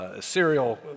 Serial